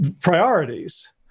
priorities